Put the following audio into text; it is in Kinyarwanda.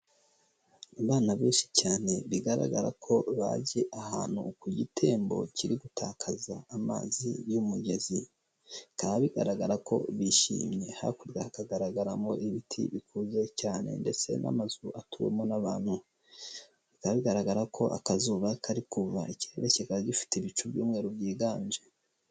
Abana benshi cyane bigaragara ko bagiye ahantu ku gitembo kiri gutakaza amazi y'umugezi, bikaba bigaragara ko bishimye, hakurya hakagaragaramo ibiti bikuze cyane ndetse n'amazu atuwemo n'abantu. Bikaba bigaragara ko akazuba kari kuva ikirere kikaba gifite ibicu by'umweru byiganje.